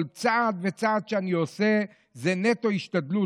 כל צעד וצעד שאני עושה זה נטו השתדלות,